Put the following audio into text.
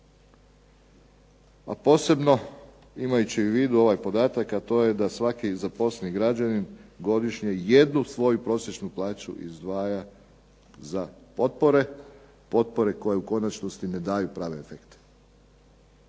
a posebno imajući u vidu ovaj podatak, a to je da svaki zaposleni građanin jednu svoju prosječnu plaću izdvaja za potpore, potpore koje u konačnosti ne daju prave efekte.